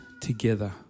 together